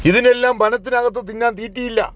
ഇതിനെല്ലാം വനത്തിനകത്ത് തിന്നാൻ തീറ്റിയില്ല